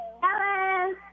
Hello